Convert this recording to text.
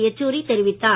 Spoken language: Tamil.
யெச்சூரி தெரிவித்தார்